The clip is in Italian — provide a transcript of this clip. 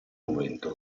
momento